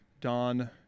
don